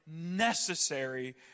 necessary